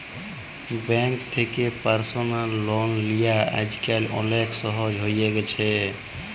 bank থ্যাকে personal loan লিয়া আইজকাল অলেক সহজ হ্যঁয়ে গেছে